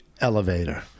elevator